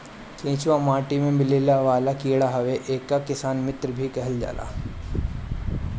केचुआ माटी में मिलेवाला कीड़ा हवे एके किसान मित्र भी कहल जाला